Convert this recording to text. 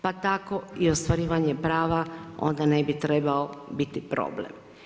Pa tako i ostvarivanje prava onda ne bi trebao biti problem.